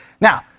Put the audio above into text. Now